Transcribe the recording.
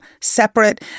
separate